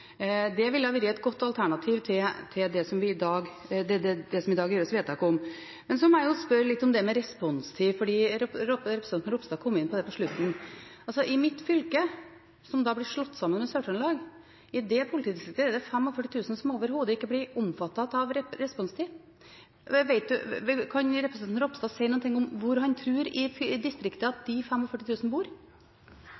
Den ville ha vært et godt alternativ til det som det i dag gjøres vedtak om. Så må jeg spørre litt om responstid som representanten Ropstad kom inn på på slutten. Mitt fylke blir slått sammen med Sør-Trøndelag. I det politidistriktet er det 45 000 som overhodet ikke blir omfattet av responstid. Kan representanten Ropstad si noe om hvor i distriktene han tror at de 45 000 bor?